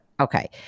Okay